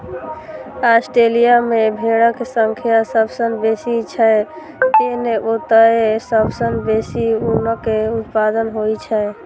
Australia मे भेड़क संख्या सबसं बेसी छै, तें ओतय सबसं बेसी ऊनक उत्पादन होइ छै